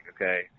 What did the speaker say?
okay